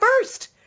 first